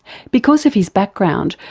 because of his background,